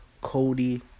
Cody